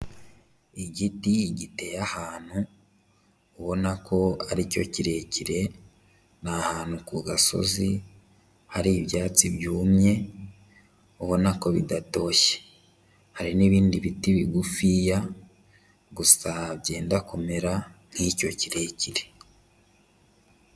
Igiti giteye ahantu, ubona ko ari cyo kirekire, ni ahantu ku gasozi, hari ibyatsi byumye, ubona ko bidatoshye hari n'ibindi biti bigufiya gusa byenda kumera nk'icyo kirekire.